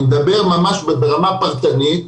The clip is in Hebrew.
אני מדבר ממש ברמה הפרטנית,